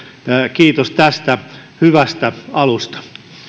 kiitos tästä hyvästä alusta